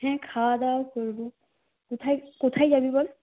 হ্যাঁ খাওয়া দাওয়াও করব কোথায় কোথায় যাবি বল